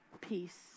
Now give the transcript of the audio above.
peace